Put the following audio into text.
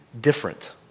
different